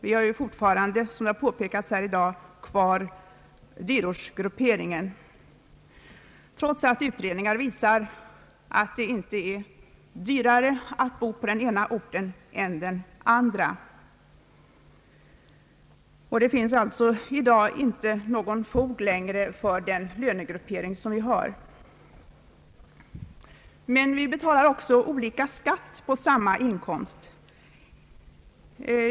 Vi har ju fortfarande kvar dyrortsgrupperingen — som har påpekats här i dag — trots att utredningar visar att det inte är dyrare att bo på den ena orten än på den andra, Det finns alltså i Allmänpolitisk debatt dag inte längre fog för den lönegruppering som existerar. Vi betalar också olika skatt för samma inkomst.